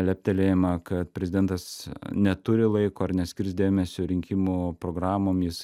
leptelėjimą kad prezidentas neturi laiko ar neskirs dėmesio rinkimų programom jis